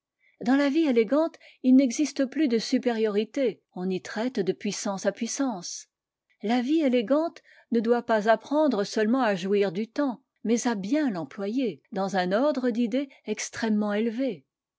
dans la vie élégante il n'existe plus de supériorité on y traite de puissance à puissance la e élégante ne doit pas apprendre seulement à jouir du temps mais à bien l'employer dans un ordre d'idées extrêmement élevé